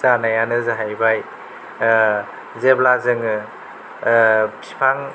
जानायानो जाहैबाय जेब्ला जोङो बिफां